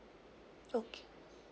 okay